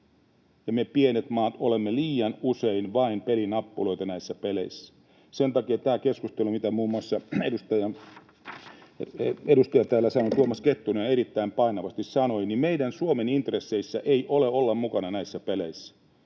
me pienet maat olemme liian usein vain pelinappuloita näissä peleissä. Sen takia, kuten muun muassa edustaja Tuomas Kettunen täällä erittäin painavasti sanoi, meidän Suomen intresseissä ei ole olla mukana näissä peleissä